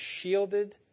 shielded